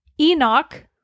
Enoch